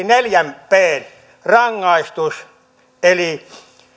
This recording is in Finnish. neljän pn rangaistus eli